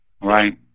Right